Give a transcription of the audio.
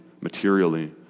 materially